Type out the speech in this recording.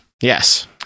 yes